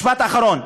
משפט אחרון,